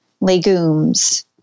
legumes